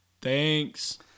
thanks